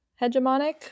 hegemonic